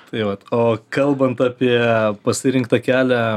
tai vat o kalbant apie pasirinktą kelią